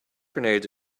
grenades